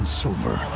silver